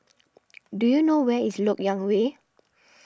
do you know where is Lok Yang Way